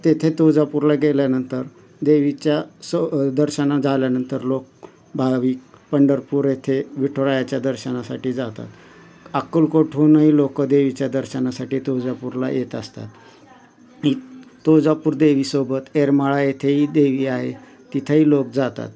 तेथे तुळजापूरला गेल्यानंतर देवीच्या स दर्शन झाल्यानंतर लोक भावीक पंढरपूर येथे विठूरायाच्या दर्शनासाठी जातात अक्कलकोटहूनही लोक देवीच्या दर्शनासाठी तुळजापूरला येत असतात तुळजापूर देवीसोबत येरमाळा येथेही देवी आहे तिथेही लोक जातात